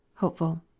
hopeful